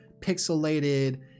pixelated